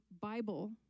Bible